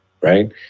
Right